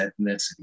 ethnicity